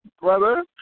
Brother